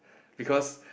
because